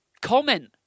comment